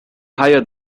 higher